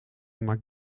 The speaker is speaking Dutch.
maakt